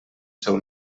seu